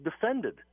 defended